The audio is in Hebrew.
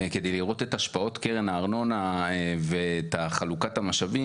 כדי לראות את השפעות קרן הארנונה ואת חלוקת המשאבים